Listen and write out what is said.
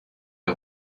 der